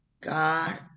God